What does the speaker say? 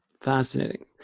fascinating